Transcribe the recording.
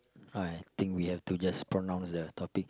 I think we have to just pronounce their topic